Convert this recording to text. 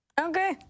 Okay